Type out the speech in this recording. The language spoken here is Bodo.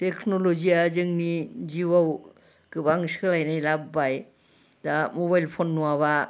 टेकन'ल'जिया जोंनि जिउआव गोबां सोलायनाय लाबोबाय दा मबाइल फन नङाब्ला